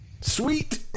Sweet